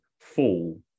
fall